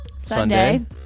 Sunday